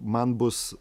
man bus